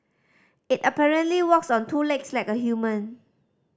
it apparently walks on two legs like a human